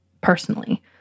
personally